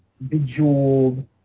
Bejeweled